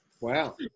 Wow